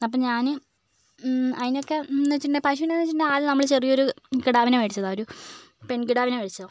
അപ്പം ഞാൻ അതിനൊക്കെ എന്നു വെച്ചിട്ടുണ്ടെങ്കിൽ പശുവിനെയൊക്കെയെന്ന് വെച്ചിട്ടുണ്ടെങ്കിൽ ആദ്യം നമ്മൾ ചെറിയൊരു കിടാവിനെ വേടിച്ചതാണ് ഒരു പെൺ കിടാവിനെ വേടിച്ചു